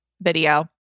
video